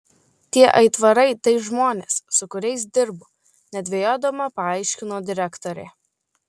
tie aitvarai tai žmonės su kuriais dirbu nedvejodama paaiškino direktorė